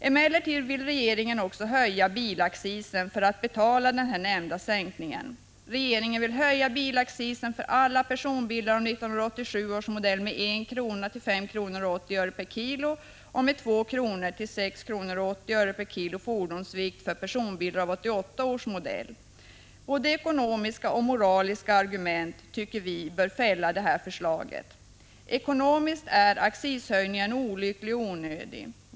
Emellertid vill regeringen höja bilaccisen för att betala den nämnda sänkningen. Regeringen vill höja bilaccisen för alla personbilar av 1987 års modell med 1 kr. till 5:80 kr. per kg och för personbilar av 1988 års modell med 2 kr. till 6:80 kr. per kg fordonsvikt. Både ekonomiska och moraliska argument tycker vi bör fälla detta förslag. Ekonomiskt är accishöjningen olycklig och onödig.